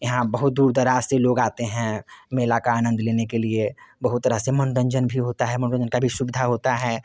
यहाँ बहुत दूर दराज़ से लोग आते हैं मेले का आनंद लेने के लिए बहुत तरह से मनोरंजन भी होता है मनोरंजन की भी सुविधा होती है